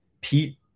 Pete